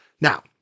Now